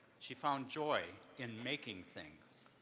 she found joy in making things.